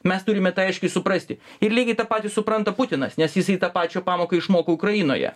mes turime tą aiškiai suprasti ir lygiai tą patį supranta putinas nes jisai tą pačią pamoką išmoko ukrainoje